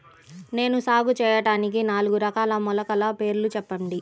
నేను సాగు చేయటానికి నాలుగు రకాల మొలకల పేర్లు చెప్పండి?